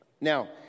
Now